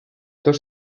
dos